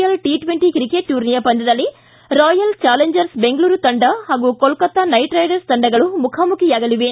L T twenty cricket ಟೂರ್ನಿಯ ಪಂದ್ಯದಲಿ royal challengers Bengaluru ಹಾಗೂ ಕೋಲ್ಲೊತಾ ನೈಟ್ ರೈಡರ್ಸ್ ತಂಡಗಳು ಮುಖಾಮುಖಿಯಾಗಲಿವೆ